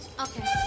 Okay